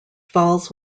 falls